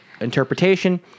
interpretation